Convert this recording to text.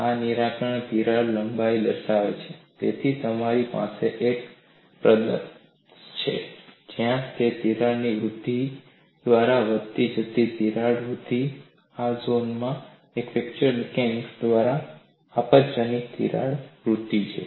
આ નિર્ણાયક તિરાડ લંબાઈ દર્શાવે છે તેથી તમારી પાસે એક પ્રદેશ છે જ્યાં તે તિરાડ વૃદ્ધિ પદ્ધતિ દ્વારા વધતી જતી તિરાડ વૃદ્ધિ છે અને આ ઝોનમાં તે ફ્રેક્ચર મિકેનિઝમ દ્વારા આપત્તિજનક તિરાડ વૃદ્ધિ છે